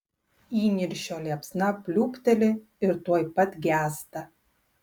įniršio liepsna pliūpteli ir tuoj pat gęsta